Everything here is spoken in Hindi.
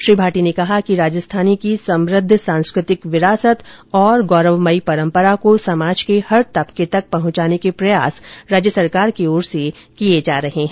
श्री भाटी ने कहा कि राजस्थानी की समुद्ध सांस्कृतिक विरासत और गौरवमयी परम्परा को समाज के हर तबके तक पहुंचाने के प्रयास सरकार की ओर से किये जा रहे हैं